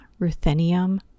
ruthenium